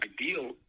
ideal